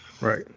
Right